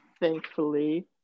Thankfully